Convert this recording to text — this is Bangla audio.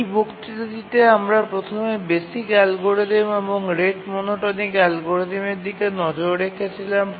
এই বক্তৃতাটিতে আমরা প্রথমে বেসিক অ্যালগরিদম এবং রেট মনোটোনিক অ্যালগরিদমের দিকে নজর রেখেছিলাম